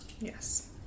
Yes